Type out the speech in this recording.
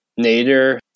Nader